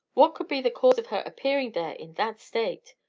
what could be the cause of her appearing there in that state?